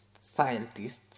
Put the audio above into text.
scientists